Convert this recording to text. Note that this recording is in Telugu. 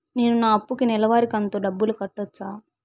నేను నా అప్పుకి నెలవారి కంతు డబ్బులు కట్టొచ్చా?